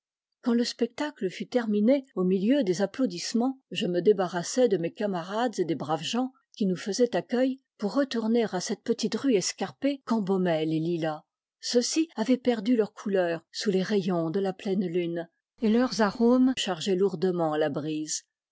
quand le spectacle fut terminé au milieu des applaudissemens je me débarrassai de mes camarades et des braves gens qui nous faisaient accueil pour retourner à cette petite rue escarpée qu'embaumaient les lilas ceux-ci avaient perdu leur couleur sous les rayons de la pleine lune et leurs arômes chargeaient lourdement la brise